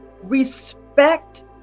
respect